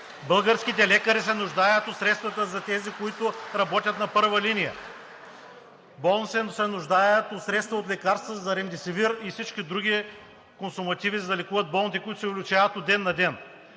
Българските лекари се нуждаят от средствата, за тези, които работят на първа линия. Болниците се нуждаят от средства за лекарства – и за Remdesivir, и за всички други консумативи, за да лекуват болните, които се увеличават от ден на ден!